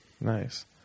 nice